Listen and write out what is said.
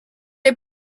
est